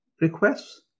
requests